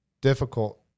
Difficult